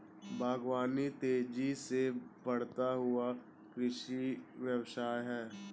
बागवानी तेज़ी से बढ़ता हुआ कृषि व्यवसाय है